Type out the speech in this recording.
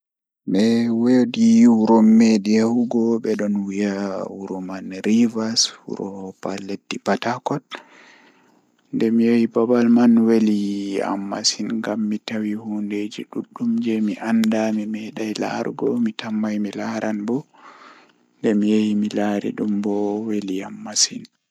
Eh woodi wuro mi mwdi yahugo bedon wiya wuro man rivers bedon wiya dum patakot ndemi yahi babal man weli am masin ngam mi tawi hundeeji duddun jei mi laaran mi laari dum bo weli am masin mi tammai mi laaran bo.